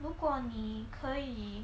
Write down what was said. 如果你可以